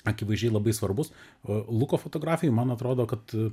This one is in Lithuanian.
akivaizdžiai labai svarbus o luko fotografijoj man atrodo kad